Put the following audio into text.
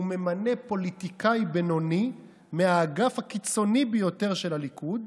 הוא ממנה פוליטיקאי בינוני מהאגף הקיצוני ביותר של הליכוד,